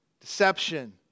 deception